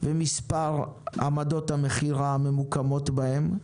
ומספר עמדות המכירה הממוקמות בהן.